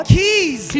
keys